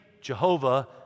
Jehovah